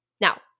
Now